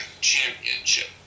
Championship